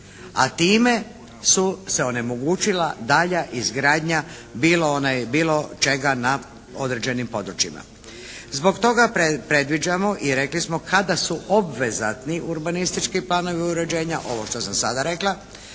A time su se onemogućila dalja izgradnja bilo čega na određenim područjima. Zbog toga predviđamo i rekli smo kada su obvezatni urbanistički planovi uređenja, ovo što sam sada rekla